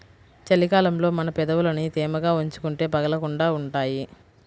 చలి కాలంలో మన పెదవులని తేమగా ఉంచుకుంటే పగలకుండా ఉంటాయ్